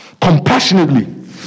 compassionately